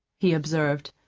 he observed,